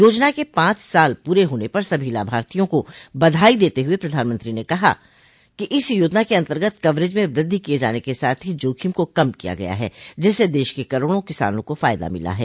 योजना के पांच साल पूरे होने पर सभी लाभार्थियों को बधाई देते हुए प्रधानमंत्री ने कहा कि इस योजना के अन्तर्गत कवरेज में वृद्धि किए जाने के साथ ही जोखिम को कम किया गया है जिससे देश के करोड़ों किसानों को फायदा मिला है